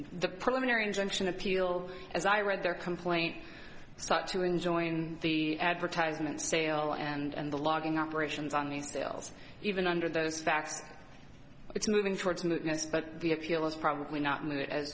the preliminary injunction appeal as i read their complaint sought to enjoying the advertisement sale and the logging operations on these details even under those facts it's moving towards moodiness but the appeal is probably not